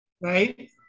right